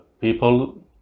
people